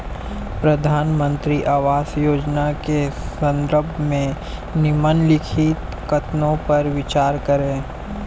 प्रधानमंत्री आवास योजना के संदर्भ में निम्नलिखित कथनों पर विचार करें?